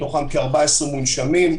מתוכם כ-14 מונשמים,